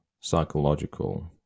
psychological